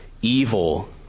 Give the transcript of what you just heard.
evil